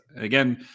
again